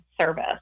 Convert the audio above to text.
service